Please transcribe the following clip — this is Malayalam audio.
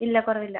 ഇല്ല കുറവില്ല